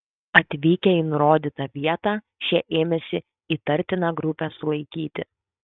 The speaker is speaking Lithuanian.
atvykę į nurodytą vietą šie ėmėsi įtartiną grupę sulaikyti